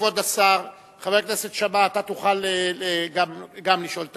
כבוד השר, חבר הכנסת שאמה, גם אתה תוכל לשאול את